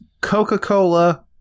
Coca-Cola